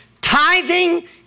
Tithing